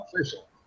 official